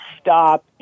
stop